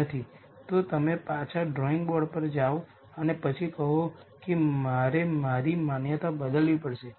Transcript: નથી તો તમે પાછા ડ્રોઇંગ બોર્ડ પર જાઓ અને પછી કહો કે મારે મારી માન્યતા બદલવી પડશે